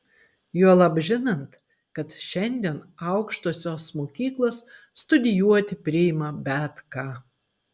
juolab žinant kad šiandien aukštosios mokyklos studijuoti priima bet ką